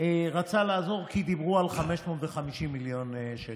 רצה לעזור, כי דיברו על 550 מיליון שקל,